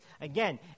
Again